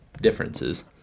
differences